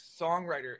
songwriter